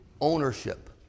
ownership